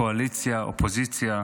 קואליציה ואופוזיציה,